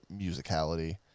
musicality